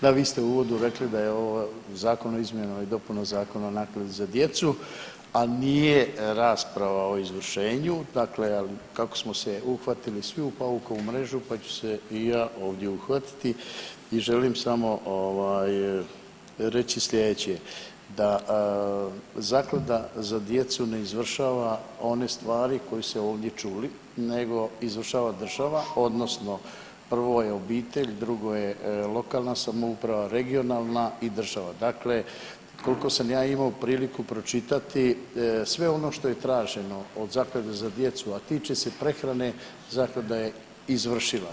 Da, vi ste u uvodu rekli da je ovaj zakon o izmjenama i dopunama zakona o nakladi za djecu, a nije rasprava o izvršenju, dakle ali kako smo se uhvatili svu u paukovu mrežu pa ću se i ja ovdje uhvatiti i želim samo reći sljedeće, da zaklada za djecu ne izvršava one stvari koje se ovdje čuli nego izvršava država odnosno prvo je obitelj, drugo je lokalna samouprava, regionalna i država. dakle, koliko sam ja imao priliku pročitati sve ono što je traženo od zaklade za djecu, a tiče se prehrane, zaklada je izvršila.